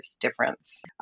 difference